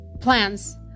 plans